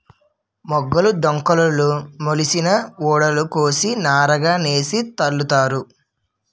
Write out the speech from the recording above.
మొగులు డొంకలుకు మొలిసిన ఊడలు కోసి నారగా సేసి తాళల్లుతారు